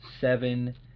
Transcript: seven